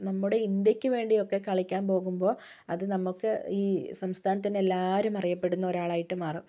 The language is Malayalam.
നമ്മുടെ ഇന്ത്യക്ക് വേണ്ടിയൊക്കെ കളിക്കാൻ പോകുമ്പോൾ അത് നമുക്ക് ഈ സംസ്ഥാനത്ത് തന്നെ എല്ലാവരും അറിയപ്പെടുന്ന ഒരാളായിട്ട് മാറും